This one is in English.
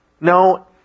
No